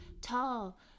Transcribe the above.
tall